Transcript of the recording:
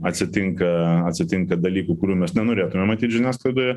atsitinka atsitinka dalykų kurių mes nenorėtume matyt žiniasklaidoje